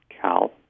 Cal